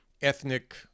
ethnic